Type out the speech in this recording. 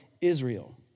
Israel